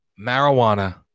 Marijuana